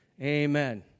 amen